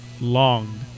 long